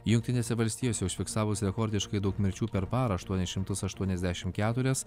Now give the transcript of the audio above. jungtinėse valstijose užfiksavus rekordiškai daug mirčių per parą aštuonis šimtus aštuoniasdešimt keturias